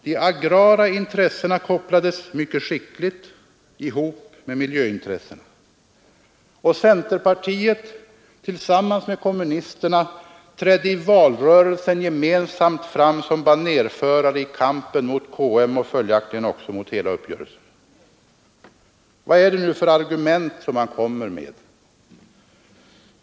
De agrara intressena kopplades mycket skickligt ihop med miljöintressena, och centerpartiet — tillsammans med kommunisterna — trädde i valrörelsen gemensamt fram som banerförare i kampen mot KM och följaktligen också mot hela uppgörelsen. Vad är det nu för argument som man kommer med?